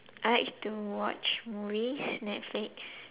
I like to watch movies Netflix